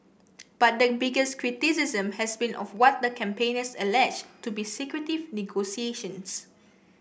but the biggest criticism has been of what the campaigners allege to be secretive negotiations